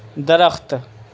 درخت